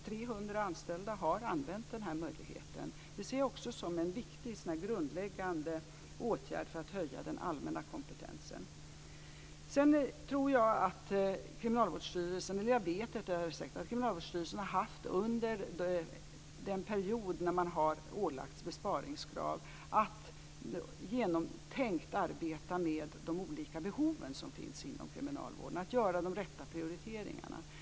300 anställda har använt den här möjligheten. Vi ser det också som en viktig grundläggande åtgärd för att höja den allmänna kompetensen. Sedan vet jag att Kriminalvårdsstyrelsen under den period när man har ålagts besparingskrav haft att genomtänkt arbeta med de olika behov som finns inom kriminalvården, att göra de rätta prioriteringarna.